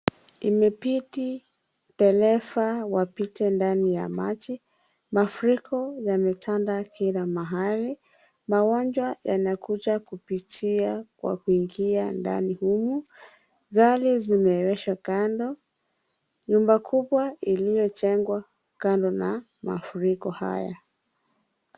Imebidi dereva wapite ndani ya maji. Mafuriko yametanda kila mahali. Magonjwa yanakuja kupitia kwa kuingia ndani humu. Gari zimeegeshwa kando. Nyumba kubwa iliyo jengwa kando na mafuriko haya.